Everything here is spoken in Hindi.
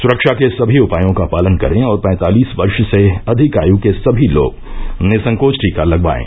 सुरक्षा के सभी उपायों का पालन करें और पैंतालीस वर्ष से अधिक आयु के सभी लोग निःसंकोच टीका लगवाएं